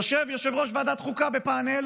יושב-ראש ועדת החוקה יושב בפאנל